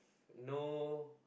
no no